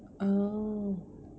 oh